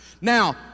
Now